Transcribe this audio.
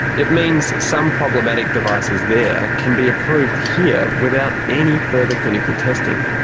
it means some problematic devices there can be approved here without any further clinical testing.